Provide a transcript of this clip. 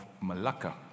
Malacca